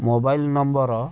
mobile number